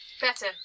Better